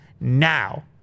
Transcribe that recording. Now